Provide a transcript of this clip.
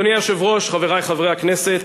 אדוני היושב-ראש, חברי חברי הכנסת,